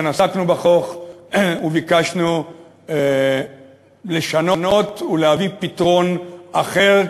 עסקנו בחוק וביקשנו לשנות ולהביא פתרון אחר,